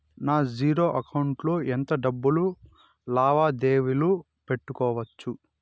నా zero account లో ఎంత డబ్బులు లావాదేవీలు పెట్టుకోవచ్చు?